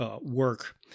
Work